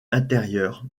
intérieure